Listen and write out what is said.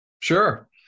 Sure